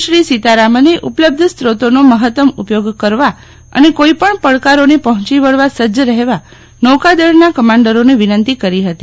શ્રી સીતારામને ઉપલબ્ધ સ્રોતોનો મહત્તમ ઉપયોગ કરવા અને કોઇપજ્ઞ પડકારોને પહોંચી વળવા સજ્જ રહેવા નૌકાદળના કમાન્ડરોને વિનંતી કરી હતી